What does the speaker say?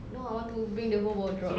no I want to bring the whole wardrobe